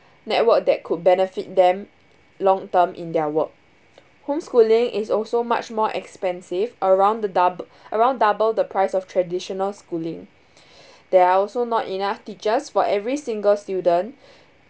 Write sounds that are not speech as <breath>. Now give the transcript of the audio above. network that could benefit them long term in their work home schooling is also much more expensive around the dou~ around double the price of traditional schooling <breath> there are also not enough teachers for every single student <breath>